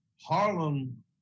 Harlem